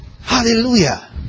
Hallelujah